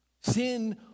Sin